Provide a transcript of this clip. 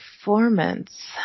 performance